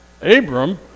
Abram